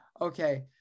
Okay